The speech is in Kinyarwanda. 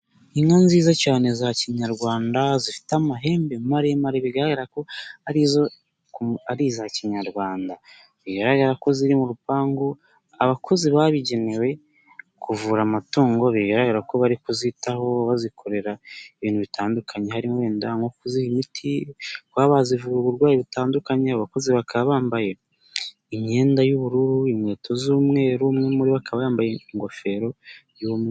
Inka nziza cyane za kinyarwanda, zifite amahembe maremare bigaragara ko ari iza kinyarwanda. Bigaragara ko ziri mu rupangu, abakozi babigenewe kuvura amatungo, bigaragara ko bari kuzitaho bazikorera ibintu bitandukanye, harimo wenda nko kuziha imiti, kuba bazivura uburwayi butandukanye, abakozi bakaba bambaye imyenda y'ubururu, inkweto z'umweru, umwe muri bo akaba yambaye ingofero y'umweru.